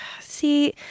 See